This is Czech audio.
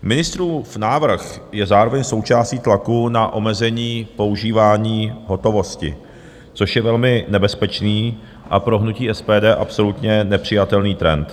Ministrův návrh je zároveň součástí tlaku na omezení používání hotovosti, což je velmi nebezpečný a pro hnutí SPD absolutně nepřijatelný trend.